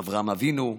אברהם אבינו,